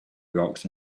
rocks